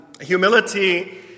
Humility